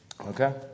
Okay